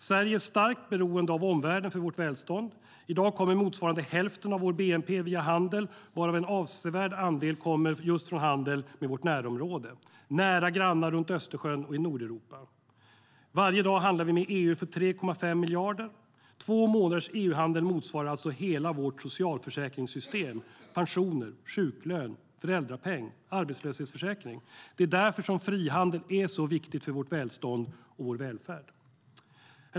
Sverige är starkt beroende av omvärlden för vårt välstånd. I dag kommer motsvarande hälften av vår bnp via handel, varav en avsevärd andel kommer från handel med just vårt närområde, med nära grannar runt Östersjön och i Nordeuropa. Varje dag handlar vi med EU för 3,5 miljarder. Två månaders EU-handel motsvarar alltså hela vårt socialförsäkringssystem, pensioner, sjuklön, föräldrapeng, arbetslöshetsförsäkring. Det är därför som frihandel är så viktigt för vårt välstånd och vår välfärd.